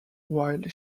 while